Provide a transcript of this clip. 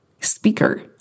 speaker